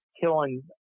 killing